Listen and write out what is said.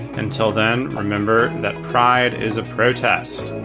until then, remember that pride is a protest.